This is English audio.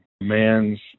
man's